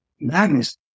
Magnus